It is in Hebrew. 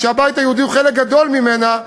כשהבית היהודי הוא חלק גדול ממנה,